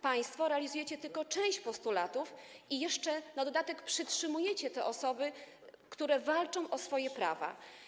Państwo realizujecie tylko część postulatów i jeszcze na dodatek przytrzymujecie te osoby, które walczą o swoje prawa.